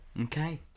Okay